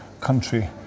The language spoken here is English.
country